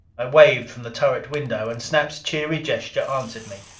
i waved from the turret window, and snap's cheery gesture answered me.